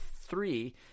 three